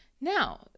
Now